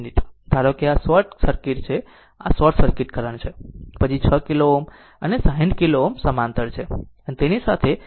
ધારો કે આ શોર્ટ સર્કિટ છે આ શોર્ટ સર્કિટ છે પછી 6 કિલો Ω અને 60 કિલો Ω સમાંતર છે